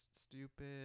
stupid